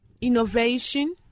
innovation